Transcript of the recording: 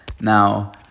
Now